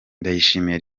ndayishimiye